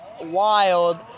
wild